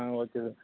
ah okay sir